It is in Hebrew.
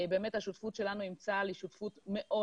באמת השותפות שלנו עם צה"ל היא שותפות מאוד